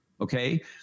Okay